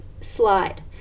slide